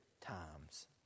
times